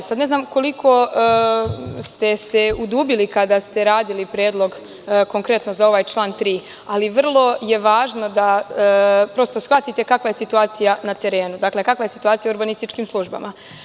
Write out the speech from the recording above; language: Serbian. Ne znam koliko ste se udubili kada ste radili predlog, konkretno za ovaj član 3, ali vrlo je važno da shvatite kakva je situacija na terenu, odnosno kakva je situacija u urbanističkim službama.